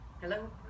Hello